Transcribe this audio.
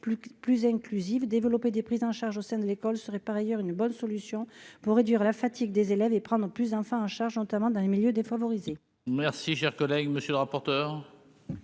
plus inclusive, développer des prises en charge au sein de l'école serait par ailleurs une bonne solution pour réduire la fatigue des élèves et prendre en plus enfin en charge, notamment dans les milieux défavorisés.